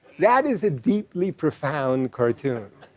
that is a deeply profound cartoon.